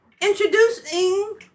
Introducing